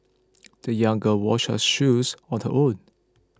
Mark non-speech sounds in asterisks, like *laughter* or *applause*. *noise* the young girl washed her shoes on her own